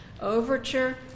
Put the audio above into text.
Overture